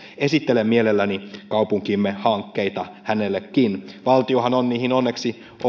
esittelen mielelläni kaupunkimme hankkeita hänellekin valtiohan on niihin onneksi